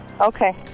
Okay